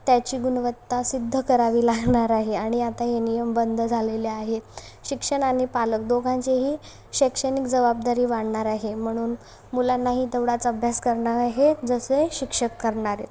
त्याची गुणवत्ता सिद्ध करावी लागणार आहे आणि आता हे नियम बंद झालेले आहेत शिक्षण आणि पालक दोघांचेही शैक्षणिक जबाबदारी वाढणार आहे म्हणून मुलांनाही तेवढाच अभ्यास करणार आहे जसे शिक्षक करणार आहेत